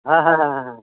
ᱦᱮᱸ ᱦᱮᱸ ᱦᱮᱸ ᱦᱮᱸ ᱦᱮᱸ